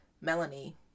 Melanie